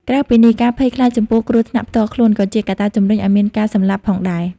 ក្រៅពីនេះ ការភ័យខ្លាចចំពោះគ្រោះថ្នាក់ផ្ទាល់ខ្លួន ក៏ជាកត្តាជំរុញឲ្យមានការសម្លាប់ផងដែរ។